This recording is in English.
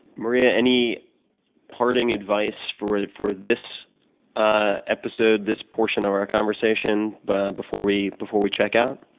maria, any parting advice for for this ah episode, this portion of our conversation but before we before we check out?